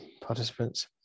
participants